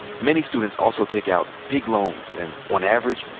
many students also take out big loans and, on average,